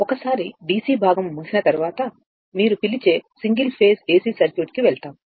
ఒకసారి డిసి భాగం ముగిసిన తర్వాత మీరు పిలిచే సింగిల్ ఫేస్ ఎసి సర్క్యూట్ కి వెళ్తాము